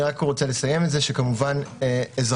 אני רק רוצה לסיים את זה שכמובן אזרח